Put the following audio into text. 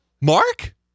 Mark